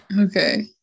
okay